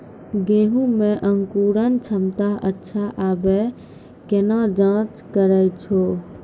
गेहूँ मे अंकुरन क्षमता अच्छा आबे केना जाँच करैय छै?